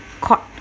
caught